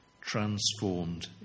transformed